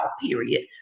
period